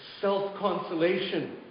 self-consolation